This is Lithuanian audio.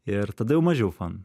ir tada jau mažiau fan